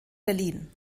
berlin